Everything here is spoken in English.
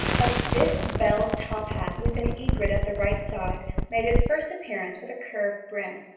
a stiff belled top-hat with an egret at the right side made its first appearance with a curved brim,